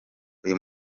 uyu